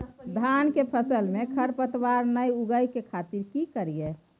धान के फसल में खरपतवार नय उगय के खातिर की करियै?